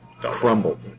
crumbled